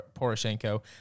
Poroshenko